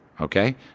okay